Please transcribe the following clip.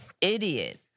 idiot